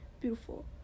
beautiful